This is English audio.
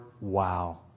wow